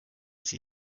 sie